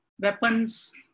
weapons